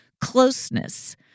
closeness